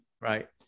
right